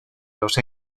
los